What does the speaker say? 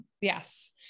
Yes